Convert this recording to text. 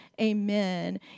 Amen